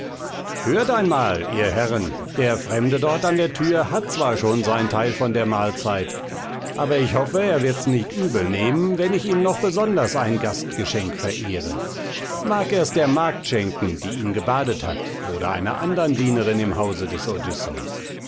hört einmal ihr herren der fremde dort an der thür hat zwar schon sein teil von der mahlzeit aber ich hoffe er wird's nicht übel nehmen wenn ich ihm noch besonders ein gastgeschenk verehre mag er's der magd schenken die ihn gebadet hat oder einer andern dienerin im hause des